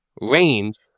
range